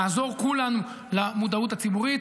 נעזור כולנו למודעות הציבורית,